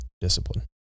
discipline